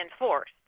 enforced